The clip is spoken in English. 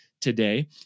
today